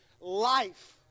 Life